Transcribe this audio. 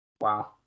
Wow